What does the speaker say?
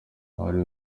buri